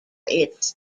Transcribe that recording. its